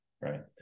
right